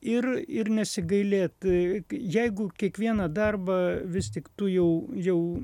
ir ir nesigailėt jeigu kiekvieną darbą vis tik tu jau jau